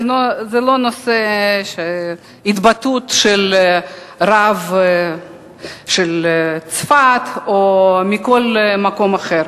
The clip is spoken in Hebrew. זה לא נושא ההתבטאות של הרב של צפת או כל מקום אחר.